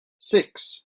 six